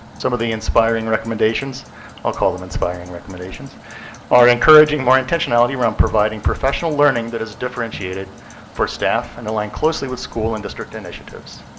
some of the inspiring recommendations i'll call them inspiring recommendations are encouraging more intentionality around providing professional learning that is differentiated for staff and aligned closely with school and district initiatives.